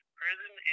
prison